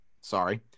Sorry